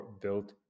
built